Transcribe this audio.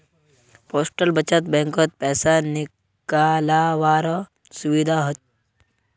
postal बचत बैंकत पैसा निकालावारो सुविधा हछ